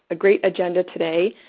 great agenda today.